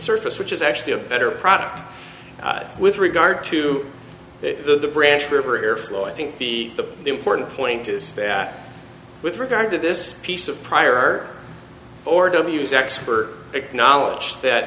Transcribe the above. surface which is actually a better product with regard to the branch for air flow i think the important point is that with regard to this piece of prior or w s expert acknowledge that